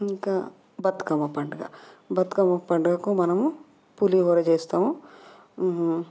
ఇంక బతుకమ్మ పండుగ బతుకమ్మ పండుగకు మనము పులిహోర చేస్తాము